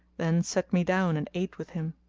then sat me down and ate with him.